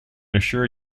assure